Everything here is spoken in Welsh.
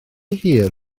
hir